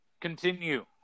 Continue